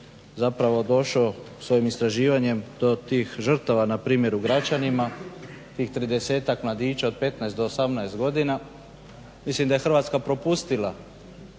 ured došao svojim istraživanjem do tih žrtava npr. u Gračanima tih 30-ak mladića od 15 do 18 godina mislim da je Hrvatska propustila